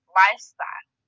lifestyle